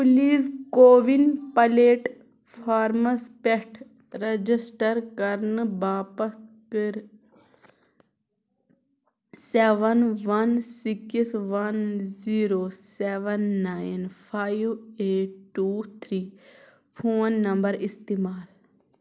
please CoWIN پَلیٹفارمَس پٮ۪ٹھ register کرنہٕ باپتھ کٔر seven one six one zero seven nine five eight two three phone number استعمال